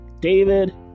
David